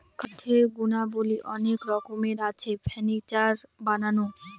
কাঠের গুণাবলী অনেক রকমের আছে, ফার্নিচার বানানো